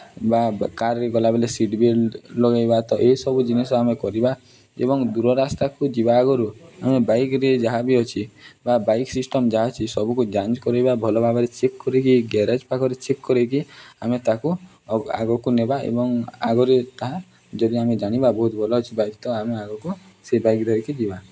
ବା କାର୍ରେ ଗଲାବେଲେ ସିଟ୍ ବେଲ୍ଟ୍ ଲଗାଇବା ତ ଏଇସବୁ ଜିନିଷ ଆମେ କରିବା ଏବଂ ଦୂର ରାସ୍ତାକୁ ଯିବା ଆଗରୁ ଆମେ ବାଇକ୍ରେ ଯାହା ବିି ଅଛି ବା ବାଇକ୍ ସିଷ୍ଟମ୍ ଯାହା ଅଛି ସବୁକୁ ଯାଞ୍ଚ କରିବା ଭଲ ଭାବରେ ଚେକ୍ କରିକି ଗ୍ୟାରେଜ୍ ପାଖରେ ଚେକ୍ କରିକି ଆମେ ତାକୁ ଆଗକୁ ନେବା ଏବଂ ଆଗରେ ତାହା ଯଦି ଆମେ ଜାଣିବା ବହୁତ ଭଲ ଅଛି ବାଇକ୍ ତ ଆମେ ଆଗକୁ ସେହି ବାଇକ୍ ଧିରିକି ଯିବା